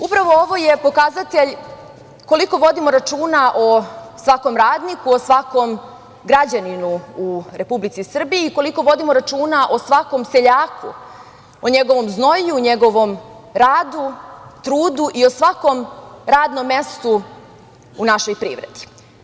Upravo ovo je pokazatelj koliko vodimo računa o svakom radniku, o svakom građaninu u Republici Srbiji i koliko vodimo računa o svakom seljaku o njegovom znojenju, o njegovom radu, trudu i o svakom radnom mestu u našoj privredi.